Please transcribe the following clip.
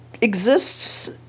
exists